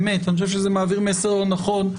אני חושב שזה מעביר מסר לא נכון.